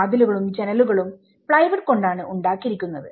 വാതിലുകളും ജനലുകളും പ്ലൈവുഡ് കൊണ്ടാണ് ഉണ്ടാക്കിയിരിക്കുന്നത്